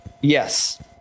yes